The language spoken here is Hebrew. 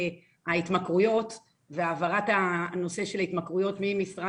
ההתמכרויות והעברת הנושא של ההתמכרויות ממשרד הבריאות.